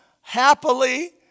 happily